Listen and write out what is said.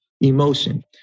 emotion